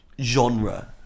genre